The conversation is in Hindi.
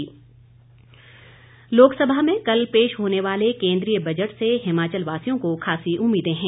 बजट लोकसभा में कल पेश होने वाले केंद्रीय बजट से हिमाचल वासियों को खासी उम्मीदें हैं